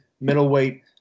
middleweight